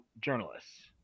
journalists